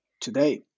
today